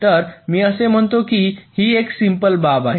तर मी असे मानतो की ही एक सिम्पल बाब आहे